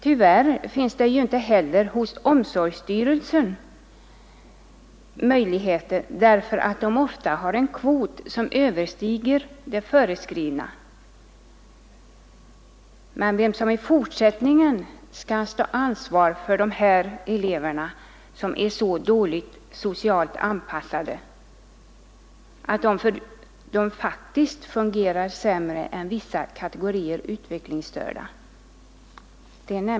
Tyvärr finns inte heller för omsorgsstyrelsen möjligheter att placera dessa elever därför att de ofta har en kvot som överstiger den föreskrivna. Det nämndes emellertid inte vem som i fortsättningen skall bära ansvaret för dessa elever som är så dåligt socialt anpassade att de faktiskt fungerar sämre än vissa kategorier utvecklingsstörda.